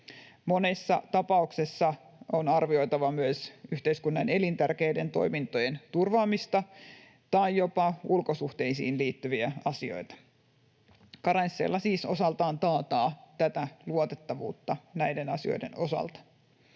Monessa tapauksessa on arvioitava myös yhteiskunnan elintärkeiden toimintojen turvaamista tai jopa ulkosuhteisiin liittyviä asioita. Karensseilla siis osaltaan taataan tätä luotettavuutta näiden asioiden osalta.